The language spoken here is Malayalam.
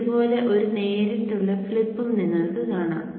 ഇതുപോലെ ഒരു നേരിട്ടുള്ള ഫ്ലിപ്പും നിങ്ങൾക്ക് കാണാം